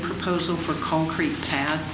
proposal for concrete pad